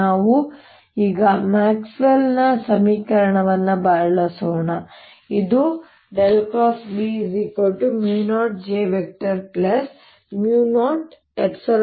ನಾವು ಈಗ ಮ್ಯಾಕ್ಸ್ವೆಲ್ನ ಸಮೀಕರಣವನ್ನು ಬಳಸೋಣ ಇದು B0j00E∂t i